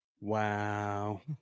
Wow